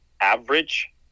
average